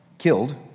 killed